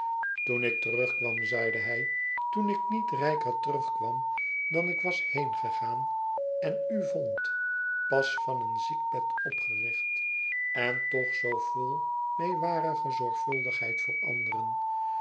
toen ik terugkwam zeide hij toen ik niet rijker terugkwam dan ik was heengegaan en u vond pas van een ziekbed opgericht en toch zoo vol meewarige zorgvuldigheid voor anderen